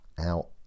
out